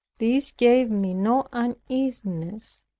this gave me no uneasiness,